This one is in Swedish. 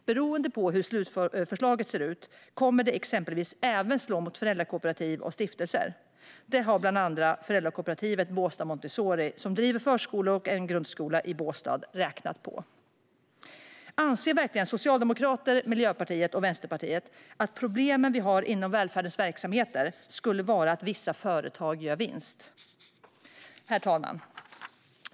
Beroende på hur slutförslaget ser ut kommer det exempelvis att slå även mot föräldrakooperativ och stiftelser. Det har bland andra föräldraföreningen Båstad Montessori, som driver förskolor och en grundskola, räknat på. Anser verkligen Socialdemokraterna, Miljöpartiet och Vänsterpartiet att problemen inom välfärdens verksamheter skulle vara att vissa företag gör vinst? Herr talman!